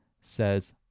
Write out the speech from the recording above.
says